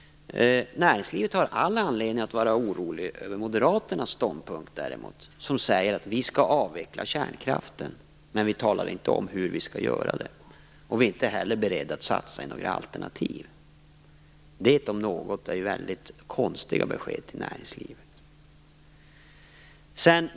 Näringslivet har däremot all anledning att vara oroligt över moderaternas ståndpunkt. De säger att de skall avveckla kärnkraften, men de talar inte om hur de skall göra det. De är inte heller beredda att satsa i några alternativ. Det om något är mycket konstiga besked till näringslivet.